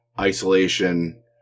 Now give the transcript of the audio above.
isolation